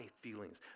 feelings